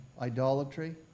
idolatry